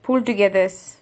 pull togethers